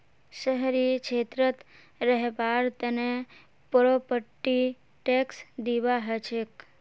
शहरी क्षेत्रत रहबार तने प्रॉपर्टी टैक्स दिबा हछेक